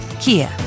Kia